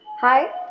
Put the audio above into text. Hi